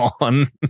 on